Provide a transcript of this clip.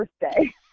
birthday